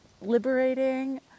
Liberating